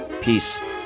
Peace